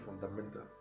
fundamental